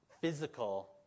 physical